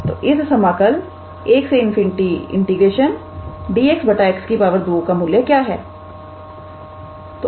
तो इस समाकल 1∞𝑑𝑥 𝑥 2 का मूल्य क्या है